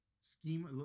scheme